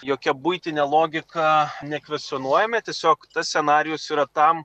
jokia buitine logika nekvestionuojame tiesiog tas scenarijus yra tam